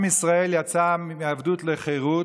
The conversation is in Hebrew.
עם ישראל יצא מעבדות לחירות,